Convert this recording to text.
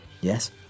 Yes